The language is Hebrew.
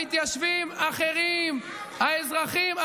המתיישבים אחרים, האזרחים אחרים.